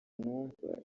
numva